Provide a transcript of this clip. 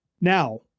Now